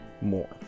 more